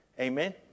Amen